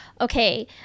okay